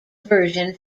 version